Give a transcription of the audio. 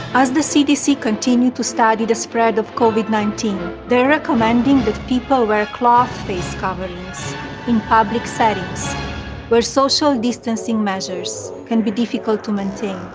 as the cdc continued to study the spread of kovik, nineteen, they're recommending that people wear cloth face coverings in public settings where social distancing measures can be difficult to maintain.